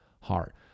heart